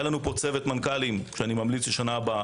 היה לנו צוות מנכ"לים שאני ממליץ לשנה הבאה,